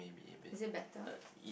is it better